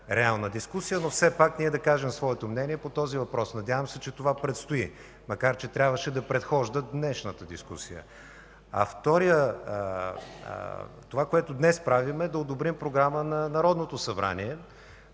реална дискусия, но все пак да кажем своето мнение по този въпрос. Надявам се, че това предстои, макар че трябваше да предхожда днешната дискусия. Второ, това, което днес правим, е да одобрим Програма на Народното събрание